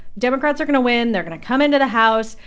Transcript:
democrats are going to win. they're going to come into the house.